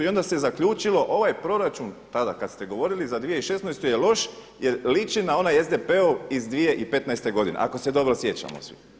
I onda se zaključilo ovaj proračun tada kad ste govorili za 2016. je loš jer liči na onaj SDP-ov iz 2015. godine ako se dobro sjećamo svi.